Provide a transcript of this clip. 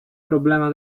problema